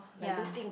ya